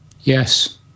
Yes